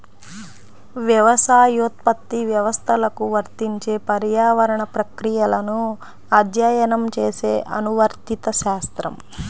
వ్యవసాయోత్పత్తి వ్యవస్థలకు వర్తించే పర్యావరణ ప్రక్రియలను అధ్యయనం చేసే అనువర్తిత శాస్త్రం